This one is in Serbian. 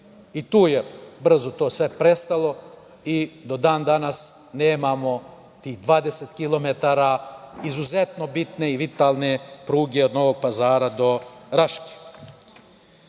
i tu je brzo sve prestalo i do dan danas nemamo tih 20 kilometara izuzetno bitne i vitalne pruge od Novog Pazara do Raške.No,